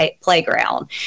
playground